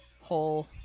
whole